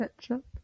Ketchup